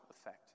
effect